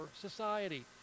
society